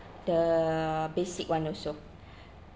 the basic one also